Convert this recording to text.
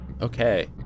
Okay